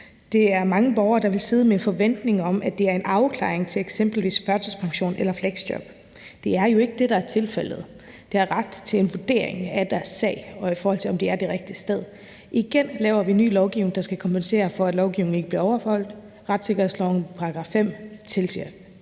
Det er mange borgere, der vil sidde med en forventning om, at det er en afklaring af eksempelvis førtidspension eller fleksjob. Det er jo ikke det, der er tilfældet. Det er en ret til en vurdering af deres sag, i forhold til om de er det rigtige sted. Igen laver ny lovgivning, der skal kompensere for, at lovgivningen ikke bliver overholdt. Retssikkerhedslovens § 5 tilsiger